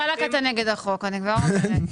בלאק שאתה נגד החוק; אני כבר אומרת.